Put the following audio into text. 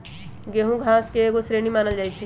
गेहूम घास के एगो श्रेणी मानल जाइ छै